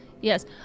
Yes